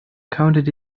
counted